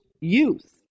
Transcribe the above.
youth